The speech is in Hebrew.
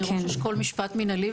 אני ראש אשכול משפט מנהלי,